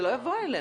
זה לא יבוא אלינו.